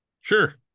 Sure